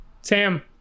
Sam